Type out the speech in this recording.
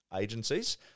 agencies